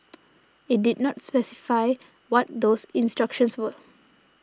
it did not specify what those instructions were